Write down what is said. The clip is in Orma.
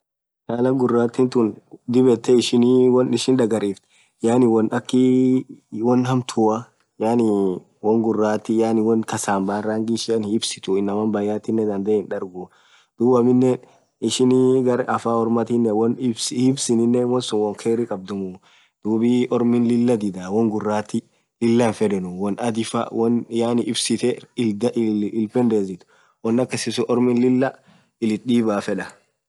khalaaa ghurathi tun dhib yethee ishin won ishin dhagariftu yaani won akhii won hamtua yaani won ghurathi won khass hinbane rangii ishian hipsituu inaman bayyathinen dhandhe hindharguu dhub aminen ishin gar afan orma thinen won hipsinen won sun won kherii khadhum dhub ormiin Lilah didhah won ghurathi Lilah hinfedhenuu won adhii faaa won yaani ipsitee illi pendezethu won akasisun ormiin Lilah illi ithi dhibaaa